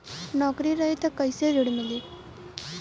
नौकरी रही त कैसे ऋण मिली?